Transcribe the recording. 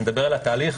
- נדבר על התהליך.